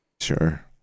Sure